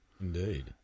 Indeed